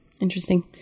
Interesting